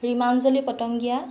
Rimanjali Patangia